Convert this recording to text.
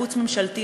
חוץ-ממשלתי,